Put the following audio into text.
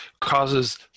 causes